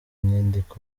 inyandiko